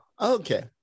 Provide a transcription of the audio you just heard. Okay